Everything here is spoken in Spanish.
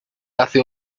hace